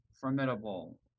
formidable